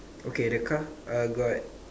okay the car uh got